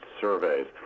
surveys